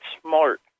smart